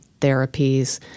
therapies